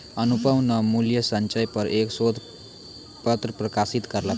अनुपम न मूल्य संचय पर एक शोध पत्र प्रकाशित करलकय